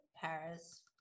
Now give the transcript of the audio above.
Paris